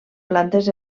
plantes